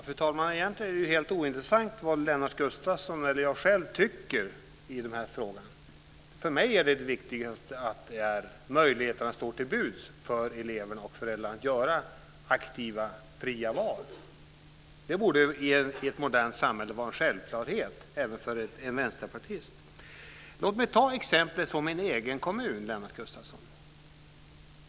Fru talman! Egentligen är det helt ointressant vad Lennart Gustavsson eller jag själv tycker i frågan. För mig är det viktigaste att möjligheterna står till buds för eleverna och föräldrarna att göra aktiva fria val. Det borde i ett modernt samhälle vara en självklarhet även för en vänsterpartist. Låt mig ta ett exempel från min egen hemkommun, Lennart Gustavsson.